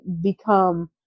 become